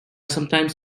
sometimes